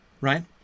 right